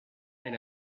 est